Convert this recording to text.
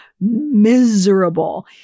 miserable